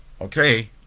okay